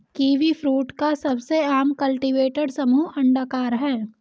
kiwifruit का सबसे आम कल्टीवेटर समूह अंडाकार है